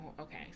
okay